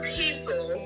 people